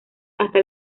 hasta